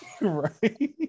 Right